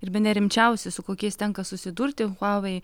ir bene rimčiausi su kokiais tenka susidurti huawei